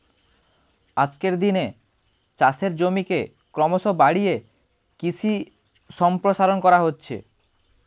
আজকের দিনে চাষের জমিকে ক্রমশ বাড়িয়ে কৃষি সম্প্রসারণ করা হচ্ছে